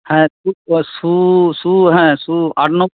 হ্যাঁ শু শু শু হ্যাঁ শু আট